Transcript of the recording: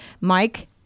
mike